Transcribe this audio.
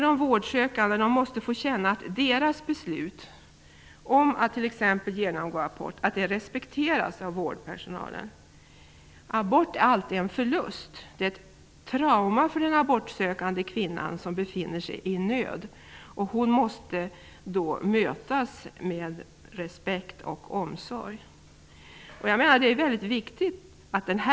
De vårdsökande måste få känna att deras beslut att exempelvis genomgå abort respekteras av vårdpersonalen. Abort är alltid en förlust. Det är ett trauma för den abortsökande kvinnan, som befinner sig i nöd. Hon måste mötas med respekt och omsorg.